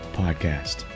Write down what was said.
podcast